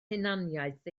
hunaniaeth